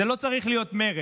זה לא צריך להיות מרד,